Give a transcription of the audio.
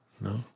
No